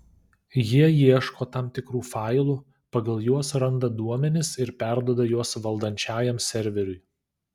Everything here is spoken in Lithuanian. jie ieško tam tikrų failų pagal juos randa duomenis ir perduoda juos valdančiajam serveriui